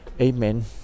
Amen